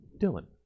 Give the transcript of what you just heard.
dylan